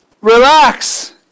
Relax